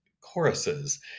choruses